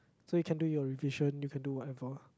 so you can do your revision you can do whatever